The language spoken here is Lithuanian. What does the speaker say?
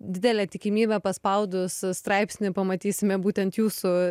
didelė tikimybė paspaudus straipsnį pamatysime būtent jūsų